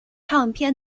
唱片